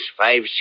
Five